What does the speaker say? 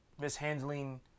mishandling